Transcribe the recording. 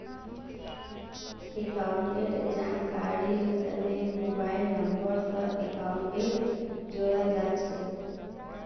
अकाउंटेर जानकारीर तने मोबाइल नम्बर स अकाउंटक जोडाल जा छेक